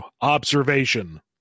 Observation